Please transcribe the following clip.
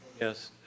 Yes